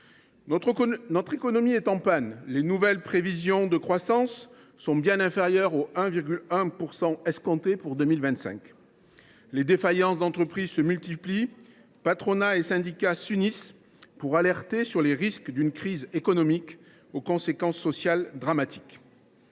Notre économie est en panne. Les nouvelles prévisions de croissance sont bien inférieures au 1,1 % escompté pour 2025. Les défaillances d’entreprises se multiplient. Patronat et syndicats s’unissent pour alerter sur les risques d’une crise économique aux conséquences sociales dramatiques.